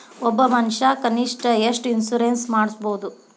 ಒಬ್ಬ ಮನಷಾ ಕನಿಷ್ಠ ಎಷ್ಟ್ ಇನ್ಸುರೆನ್ಸ್ ಮಾಡ್ಸ್ಬೊದು?